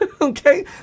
Okay